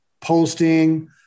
posting